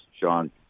Sean